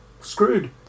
screwed